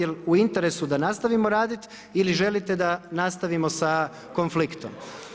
Jel' u interesu da nastavimo raditi ili želite da nastavimo sa konfliktom.